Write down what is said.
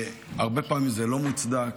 והרבה פעמים זה לא מוצדק